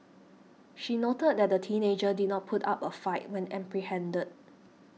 she noted that the teenager did not put up a fight when apprehended